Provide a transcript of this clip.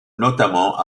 notamment